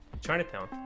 Chinatown